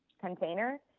container